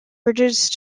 bridges